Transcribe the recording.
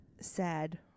sad